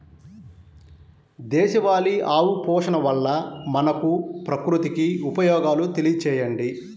దేశవాళీ ఆవు పోషణ వల్ల మనకు, ప్రకృతికి ఉపయోగాలు తెలియచేయండి?